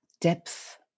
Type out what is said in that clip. depth